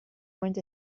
went